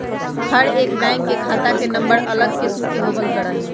हर एक बैंक के खाता के नम्बर अलग किस्म के होबल करा हई